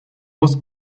was